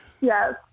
yes